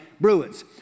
Bruins